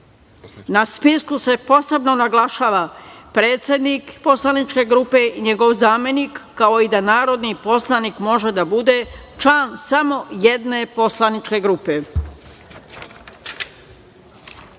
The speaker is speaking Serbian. Na spisku se posebno naglašava predsednik poslaničke grupe, njegov zamenik, kao i da narodni poslanik može da bude član samo jedne poslaničke grupe. Ovim